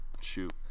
shoot